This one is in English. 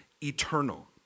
eternal